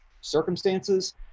circumstances